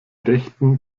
rechten